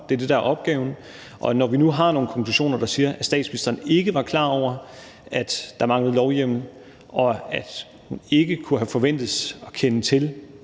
der er opgaven – og når vi nu har nogle konklusioner, der siger, at statsministeren ikke var klar over, at der manglede lovhjemmel, og at hun ikke kunne forventes at kende til